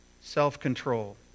self-control